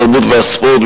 התרבות והספורט,